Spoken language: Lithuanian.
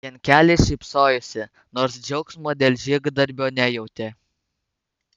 jankelis šypsojosi nors džiaugsmo dėl žygdarbio nejautė